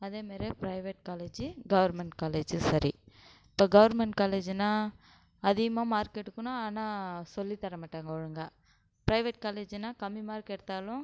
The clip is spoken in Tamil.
அதே மாதிரி ப்ரைவேட் காலேஜு கவர்மெண்ட் காலேஜும் சரி இப்போது கவர்மெண்ட் காலேஜ்ஜுனா அதிகமாக மார்க் எடுக்கணும் ஆனால் சொல்லித் தர மாட்டாங்க ஒழுங்காக ப்ரைவேட் காலேஜ்ஜுனா கம்மி மார்க் எடுத்தாலும்